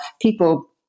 people